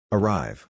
Arrive